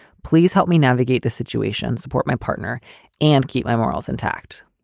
please help me navigate this situation, support my partner and keep my morals intact